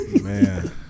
man